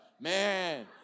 Man